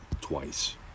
twice